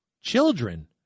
Children